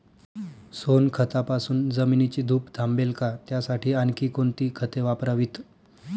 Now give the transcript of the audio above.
सोनखतापासून जमिनीची धूप थांबेल का? त्यासाठी आणखी कोणती खते वापरावीत?